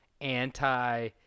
anti